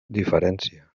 diferència